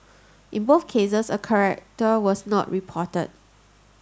in both cases a character was not reported